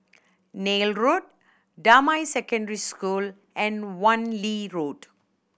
Neil Road Damai Secondary School and Wan Lee Road